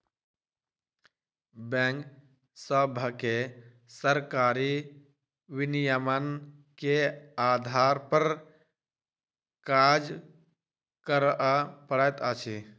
bank सभके सरकारी विनियमन के आधार पर काज करअ पड़ैत अछि